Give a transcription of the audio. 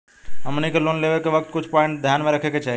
हमनी के लोन लेवे के वक्त कुछ प्वाइंट ध्यान में रखे के चाही